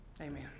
Amen